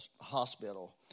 hospital